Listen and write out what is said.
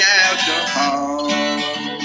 alcohol